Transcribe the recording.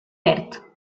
perd